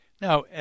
Now